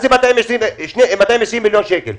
אז זה 220 מיליון שקלים.